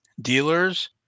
dealers